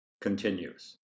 continues